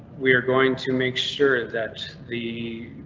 we're going to make sure that the.